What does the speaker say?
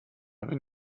bin